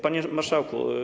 Panie Marszałku!